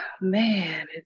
Man